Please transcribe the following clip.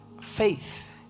Faith